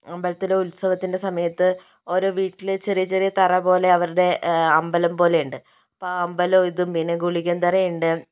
അമ്പലത്തിലെ ഉത്സവത്തിൻ്റെ സമയത്ത് ഓരോ വീട്ടില് ചെറിയ ചെറിയ തറ പോലെ അവരുടെ അമ്പലം പോലെയുണ്ട് അപ്പോൾ ആ അമ്പലവും ഇതും പിന്നെ ഗുളികൻ തറയുണ്ട്